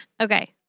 Okay